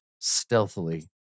stealthily